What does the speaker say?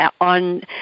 on